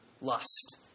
lust